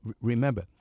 remember